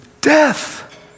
Death